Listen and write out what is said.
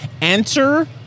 Enter